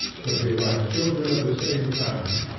to be like children of the same family,